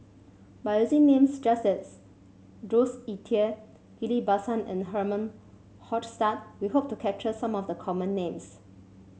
by using names just as Jules Itier Ghillie Basan and Herman Hochstadt we hope to capture some of the common names